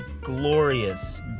glorious